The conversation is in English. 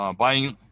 um buying